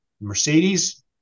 Mercedes